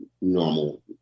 normal